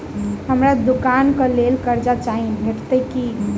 हमरा दुकानक लेल कर्जा चाहि भेटइत की?